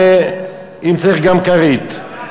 ואם צריך גם כרית.